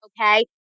okay